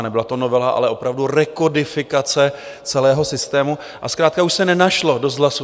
Nebyla to novela, ale opravdu rekodifikace celého systému, a zkrátka už se nenašlo dost hlasů.